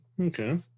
okay